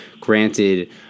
granted